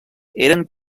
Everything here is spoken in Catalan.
eren